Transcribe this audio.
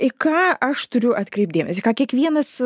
į ką aš turiu atkreipt dėmesį ką kiekvienas